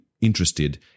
interested